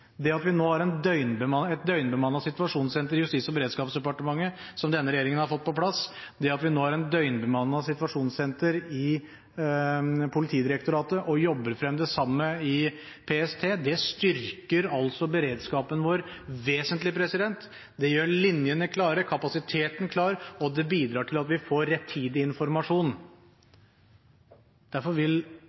Det at vi nå har et døgnbemannet situasjonssenter i Justis- og beredskapsdepartementet, som denne regjeringen har fått på plass, det at vi nå har et døgnbemannet situasjonssenter i Politidirektoratet og jobber frem det samme i PST, styrker beredskapen vår vesentlig. Det gjør linjene klare, kapasiteten klar, og det bidrar til at vi får rettidig informasjon. Derfor vil